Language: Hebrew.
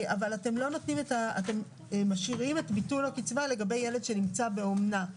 אבל אתם משאירים את ביטול הקצבה לגבי ילד שנמצא באומנה.